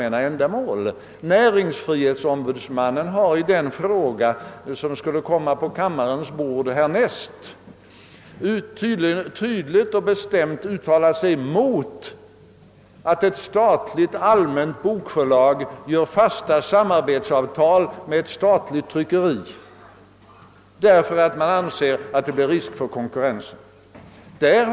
Näringsfrihetsombudsmannen har i det ärende som skulle komma på kammarens bord härnäst tydligt och bestämt uttalat sig mot att ett statligt allmänt bokförlag träffar fasta samarbetsavtal med ett statligt tryckeri, eftersom han anser att det riskerar konkurrensmöjligheterna.